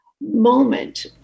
moment